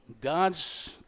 God's